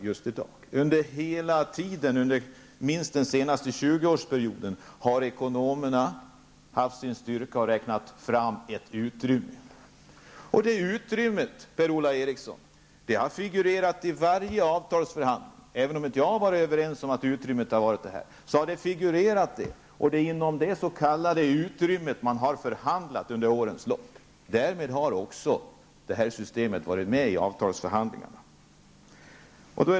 Minst under hela den senaste 20 årsperioden har ekonomerna tagit fram ett avräkningsutrymme. Det utrymmet har, Per-Ola Eriksson, figurerat i varje avtalsförhandling. Även om jag inte instämt i bedömningen av utrymmets storlek, har detta ändå figurerat i det sammanhanget, och man har under årens lopp förhandlat inom ramen för detta s.k. utrymme. Därmed har detta system också varit med i avtalsförhandlingarna.